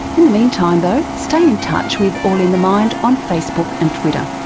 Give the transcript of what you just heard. in the meantime though stay in touch with all in the mind on facebook and twitter.